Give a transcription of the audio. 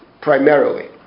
primarily